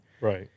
Right